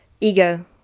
ego